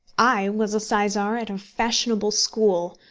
i was a sizar at a fashionable school,